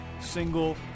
single